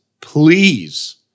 please